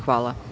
Hvala.